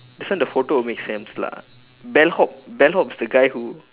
this one the photo will make sense lah bellhop bellhop is the guy who